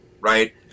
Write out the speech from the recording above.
right